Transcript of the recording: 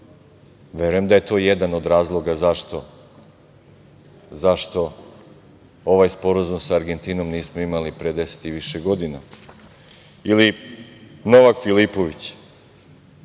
Verujem da je to jedan od razloga zašto ovaj sporazum sa Argentinom nismo imali pre deset i više godina. Ili Novak Filipović,